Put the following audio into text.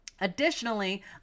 Additionally